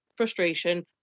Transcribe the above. frustration